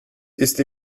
ist